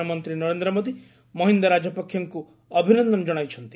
ପ୍ରଧାନମନ୍ତ୍ରୀ ନରେନ୍ଦ୍ର ମୋଦୀ ମହିନ୍ଦା ରାଜପକ୍ଷେଙ୍କୁ ଅଭିନନ୍ଦନ ଜଣାଇଛନ୍ତି